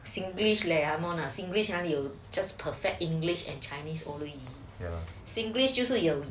singlish leh come on lah singlish 哪里有讲 just perfect english and chinese only singlish 就是有